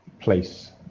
place